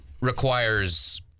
requires